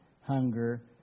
hunger